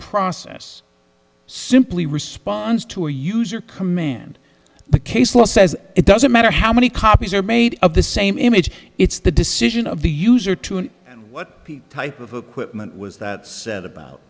process simply responds to a user command the case law says it doesn't matter how many copies are made of the same image it's the decision of the user to a what type of equipment was that set about